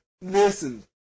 Listen